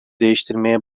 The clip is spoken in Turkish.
değiştirmeye